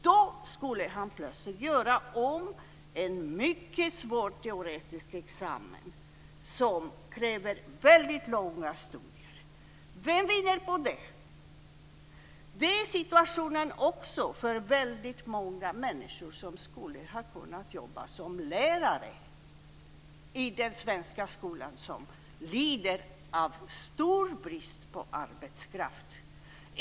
Då skulle han plötsligt göra om en mycket svår teoretisk examen som kräver väldigt långa studier. Vem vinner på det? Det är också situationen för väldigt många människor som skulle ha kunnat jobba som lärare i den svenska skolan, som lider av stor brist på arbetskraft.